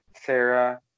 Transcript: Sarah